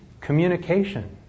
communication